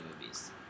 movies